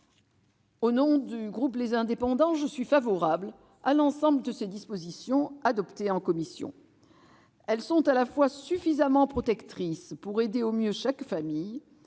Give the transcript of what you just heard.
Au nom du groupe Les Indépendants, je suis favorable à l'ensemble de ces dispositions adoptées en commission. Elles sont à la fois suffisamment protectrices pour aider au mieux chaque famille